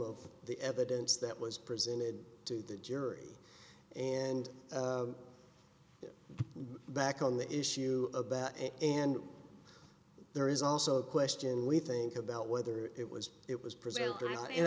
of the evidence that was presented to the jury and back on the issue about it and there is also a question we think about whether it was it was presented and